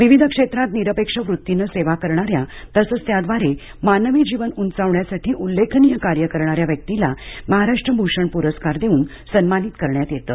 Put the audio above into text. विविध क्षेत्रात निरपेक्ष वृत्तीनं सेवा करणाऱ्या तसंच त्याद्वारे मानवी जीवन उंचवण्यासाठी उल्लेखनीय कार्य करणाऱ्या व्यक्तीला महाराष्ट्र भूषण पुरस्कार देऊन सन्मानित करण्यात येतं